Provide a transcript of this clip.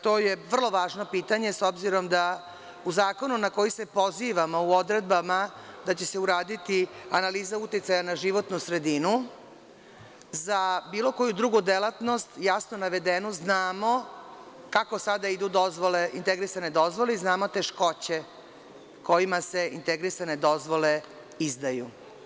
To je vrlo važno pitanje, s obzirom da u zakonu na koji se pozivamo, u odredbama da će se uraditi analiza uticaja na životnu sredinu, za bilo koju drugu delatnost jasno navedeno znamo kako sada idu integrisane dozvole i znamo teškoće kojima se integrisane dozvole izdaju.